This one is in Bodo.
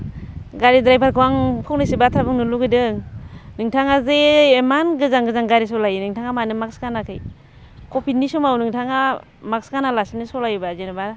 गारि ड्राइभारखौ आं फंनैसो बाथ्रा बुंनो लुगैदों नोंथाङा जे इमान गोजान गोजान गारि सलायो नोंथाङा मानो मास्क गानाखै कभिडनि समाव नोंथाङा मास्क गानालासेनो सलायोब्ला जेनेबा